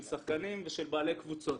של שחקנים ושל בעלי קבוצות.